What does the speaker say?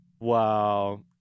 Wow